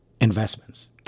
investments